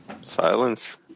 Silence